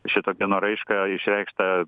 šito geno raišką išreikštą